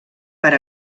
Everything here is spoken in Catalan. per